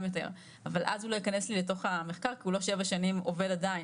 יותר אבל אז הוא לא יכנס לי לתוך המחקר כי הוא לא שבע שנים עובד עדיין.